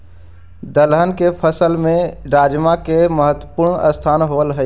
दलहन के फसल में राजमा के महत्वपूर्ण स्थान हइ